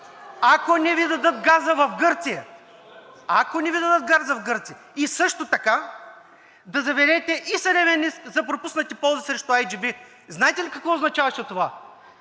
ако не Ви дадат газа в Гърция. Ако не Ви дадат газа в Гърция! И също така да заведете и съдебен иск за пропуснати ползи срещу IGB“. Знаете ли какво означаваше това?